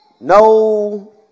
No